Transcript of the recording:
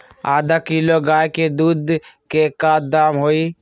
आधा किलो गाय के दूध के का दाम होई?